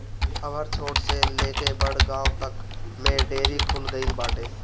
अब हर छोट से लेके बड़ गांव तक में डेयरी खुल गईल बाटे